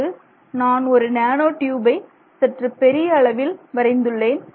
இங்கு நான் ஒரு நேனோ டியூபை சற்றுப் பெரிய அளவில் வரைந்துள்ளேன்